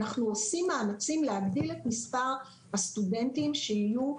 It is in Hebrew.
אנחנו עושים מאמצים להגדיל את מספר הסטודנטים שיהיו,